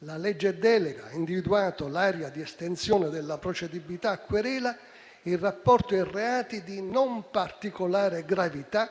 «La legge delega ha individuato l'area di estensione della procedibilità a querela in rapporto a reati, di non particolare gravità,